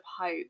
hope